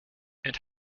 and